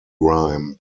rhyme